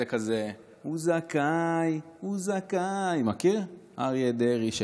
זה כזה: הוא זכאי, הוא זכאי, מכיר, אריה דרעי.